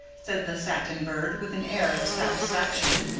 said the satin bird with an air of satisfaction.